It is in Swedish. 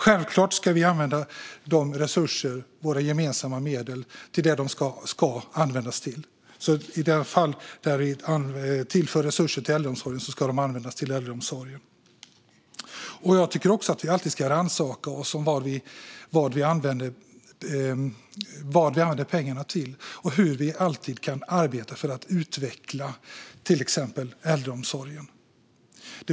Självklart ska vi använda våra resurser, våra gemensamma medel, till det de ska användas till. I de fall där vi tillför resurser till äldreomsorgen ska de användas till äldreomsorgen. Jag tycker också att vi alltid ska rannsaka oss om vad vi använder pengarna till och hur vi kan arbeta för att alltid utveckla till exempel äldreomsorgen.